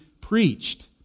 preached